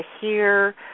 hear